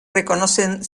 reconocen